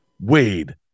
Wade